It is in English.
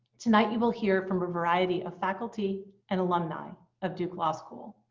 tonight you will hear from a variety of faculty and alumni of duke law school.